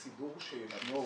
בעיקרו של דבר הסידור שישנו,